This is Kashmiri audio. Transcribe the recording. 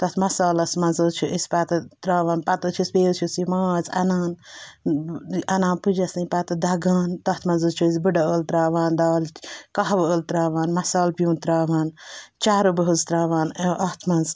تَتھ مصالَس منٛز حظ چھِ أسۍ پَتہٕ ترٛاوان پَتہٕ حظ چھِس بیٚیہِ حظ چھِس یہِ ماز اَنان اَنان پُجَس نِش پَتہٕ دَگان تَتھ منٛز حظ چھِ أسۍ بٔڈٕ عٲل ترٛاوان دال کَہوٕ عٲل ترٛاوان مَصالہٕ پیوٗنٛت ترٛاوان چَرٕب حظ ترٛاوان اَتھ منٛز